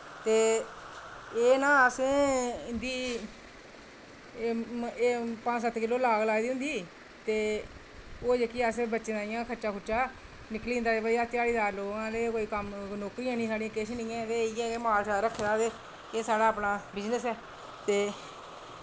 ते एह् ना असें इंदी एह् पंज सत्त किलो लाग लाई दी होंदी ते ओह् असें इंया बच्चें ताहीं खर्चा निकली जंदा ते भाई अस ध्याड़ीदार लोक आं ते कोई कम्म ते नौकरी किश निं ऐ ते इयै कि माल रक्खे दा ते एह् साढ़ा अपना बिज़नेस ऐ ते